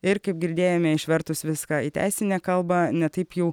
ir kaip girdėjome išvertus viską į teisinę kalbą ne taip jau